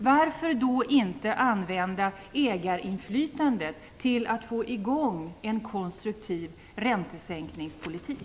Varför kan då inte ägarinflytandet användas till att få i gång en konstruktiv räntesänkningspolitik?